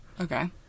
Okay